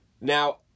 now